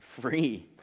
free